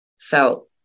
felt